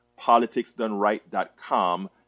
politicsdoneright.com